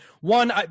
One